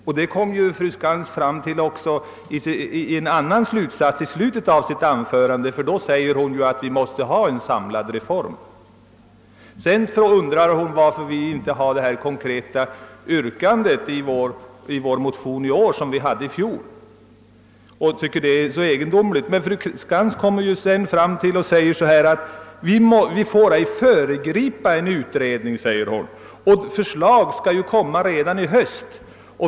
I slutet av sitt anförande kom fru Skantz också fram till att vi måste ha en samlad reform, mer omfattande. Fru Skantz undrade varför vi inte i vår motion i år har samma konkreta yrkande som vi hade i motionen i fjol. Sedan sade hon emellertid att vi inte får föregripa en utredning och att förslag kommer att framläggas redan i höst.